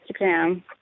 Instagram